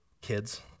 kids